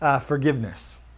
forgiveness